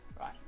Right